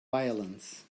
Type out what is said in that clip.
violence